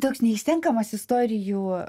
toks neišsenkamas istorijų